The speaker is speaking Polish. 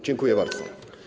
Dziękuję bardzo.